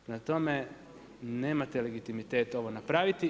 Prema tome, nemate legitimitet ovo napraviti.